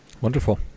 Wonderful